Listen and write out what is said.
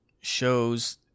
shows